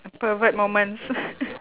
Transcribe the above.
pervert moments